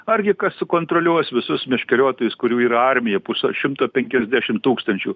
argi kas sukontroliuos visus meškeriotojus kurių yra armija pus šimto penkiasdešim tūkstančių